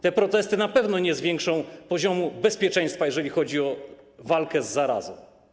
Te protesty na pewno nie zwiększą poziomu bezpieczeństwa, jeżeli chodzi o walkę z zarazą.